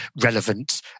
relevant